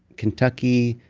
kentucky,